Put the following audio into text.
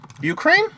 Ukraine